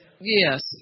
Yes